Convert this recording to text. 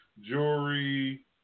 jewelry